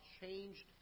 changed